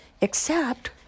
Except